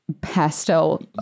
pastel